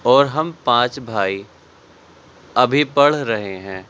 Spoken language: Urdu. اور ہم پانچ بھائی ابھی پڑھ رہے ہیں